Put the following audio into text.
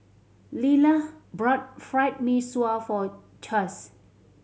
Lilah bought Fried Mee Sua for Chaz